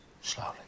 slowly